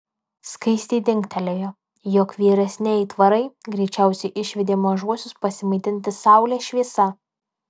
skaistei dingtelėjo jog vyresni aitvarai greičiausiai išvedė mažuosius pasimaitinti saulės šviesa